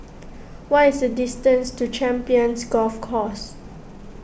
what is the distance to Champions Golf Course